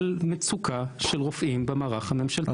על מצוקה של רופאים במערך הממשלתי.